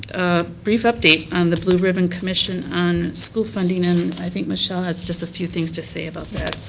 ah brief update on the blue-ribbon commission on school funding. and i think michelle has just a few things to say about